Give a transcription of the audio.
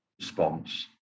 response